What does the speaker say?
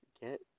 get